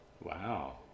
Wow